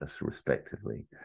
respectively